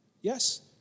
Yes